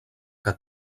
que